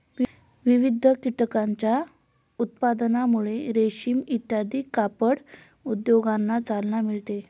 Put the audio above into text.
विविध कीटकांच्या उत्पादनामुळे रेशीम इत्यादी कापड उद्योगांना चालना मिळते